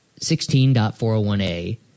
16.401A